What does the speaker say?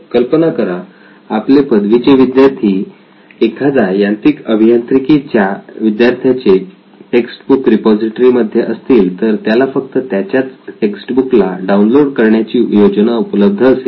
कल्पना करा आपले पदवीचे विद्यार्थी एखादा यांत्रिक अभियांत्रिकी च्या विद्यार्थ्याचे टेक्स्ट बुक रिपॉझिटरी मध्ये असतील तर त्याला फक्त त्याच्याच टेक्स्टबुक ला डाऊनलोड करण्याची योजना उपलब्ध असेल